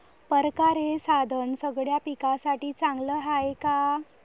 परकारं हे साधन सगळ्या पिकासाठी चांगलं हाये का?